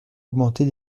augmenter